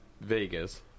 Vegas